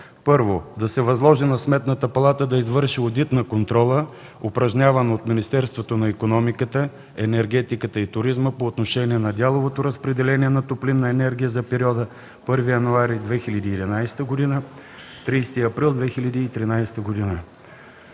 са: 1. Да се възложи на Сметната палата да извърши Одит на контрола, упражняван от Министерството на икономиката, енергетиката и туризма по отношение на дяловото разпределение на топлинна енергия за периода 1 януари 2011 г. – 30 април 2013 г.